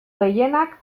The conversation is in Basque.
gehienak